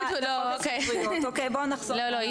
לא, לא.